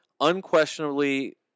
unquestionably